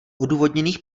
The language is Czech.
odůvodněných